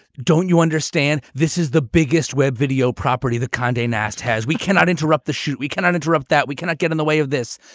don't you understand? this is the biggest web video property the conde nast has. we cannot interrupt the shoot. we cannot interrupt that. we cannot get in the way of this.